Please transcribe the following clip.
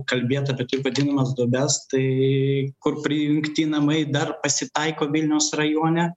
kalbėt apie taip vadinamas duobes tai kur prijungti namai dar pasitaiko vilniaus rajone